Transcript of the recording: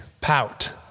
pout